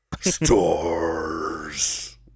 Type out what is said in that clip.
Stars